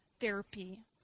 therapy